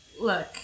look